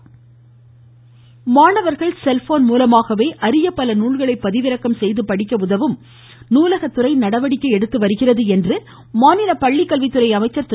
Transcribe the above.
கேள்வி நேரம் மாணவர்கள் தங்கள் செல்போன் மூலமாகவே அரிய பல நூல்களை பதிவிறக்கம் செய்து படிக்க உதவும் வகையில் நூலகத்துறை நடவடிக்கை எடுத்து வருகிறது என்று மாநில பள்ளிக்கல்வித்துறை அமைச்சர் திரு